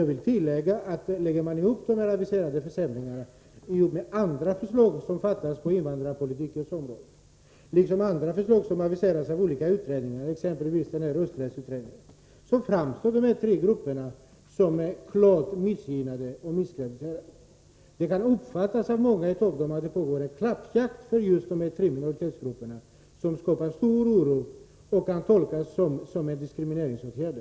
Jag vill tillägga att om man lägger ihop de här aviserade försämringarna med andra beslut som fattats på invandrarpolitikens område, liksom andra förslag som aviseras av olika utredningar, exempelvis rösträttsutredningen, så framstår dessa tre grupper som klart missgynnade och misskrediterade. Det kan av många bland dem uppfattas så, att det pågår en klappjakt på just dessa tre minoritetsgrupper. Det skapar stor oro och kan tolkas så att det är fråga om diskriminerande åtgärder.